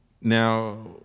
Now